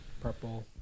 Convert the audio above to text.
Purple